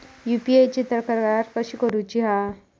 UPI ची तक्रार कशी करुची हा?